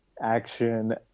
action